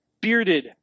bearded